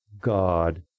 God